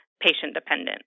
patient-dependent